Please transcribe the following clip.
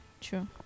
True